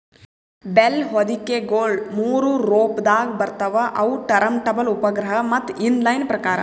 bale ಹೊದಿಕೆಗೊಳ ಮೂರು ರೊಪದಾಗ್ ಬರ್ತವ್ ಅವು ಟರಂಟಬಲ್, ಉಪಗ್ರಹ ಮತ್ತ ಇನ್ ಲೈನ್ ಪ್ರಕಾರ್